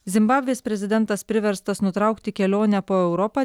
zimbabvės prezidentas priverstas nutraukti kelionę po europą